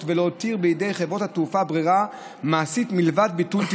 ולא הותיר בידי חברות התעופה ברירה מעשית מלבד ביטול טיסות,